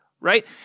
right